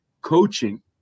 coaching